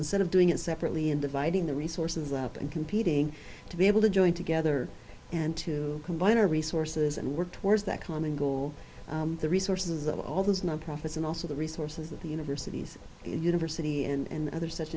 instead of doing it separately and dividing the resources up and competing to be able to join together and to combine our resources and work towards that common goal the resources of all those nonprofits and also the resources of the universities and university and other such